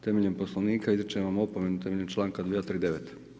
Temeljem Poslovnika izričem vam opomenu temeljem članka 239.